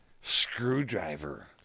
screwdriver